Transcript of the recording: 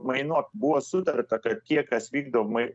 mainų buvo sutarta kad tie kas vykdo mai